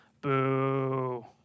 Boo